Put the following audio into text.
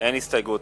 אין הסתייגות,